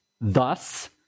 Thus